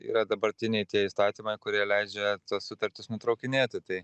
yra dabartiniai tie įstatymai kurie leidžia tas sutartis nutraukinėti tai